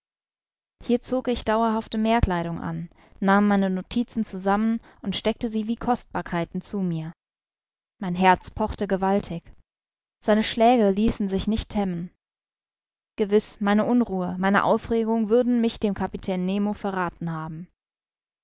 hier zog ich dauerhafte meerkleidung an nahm meine notizen zusammen und steckte sie wie kostbarkeiten zu mir mein herz pochte gewaltig seine schläge ließen sich nicht hemmen gewiß meine unruhe meine aufregung würden mich dem kapitän nemo verrathen haben